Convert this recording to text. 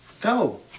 Go